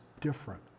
different